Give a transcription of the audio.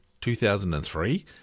2003